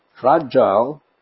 fragile